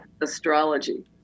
astrology